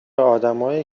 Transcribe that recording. آدمایی